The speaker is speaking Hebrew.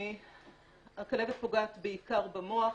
הכלבת פוגעת בעיקר במוח.